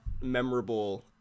memorable